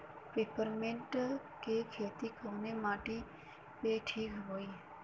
Peppermint के खेती कवने माटी पे ठीक होई?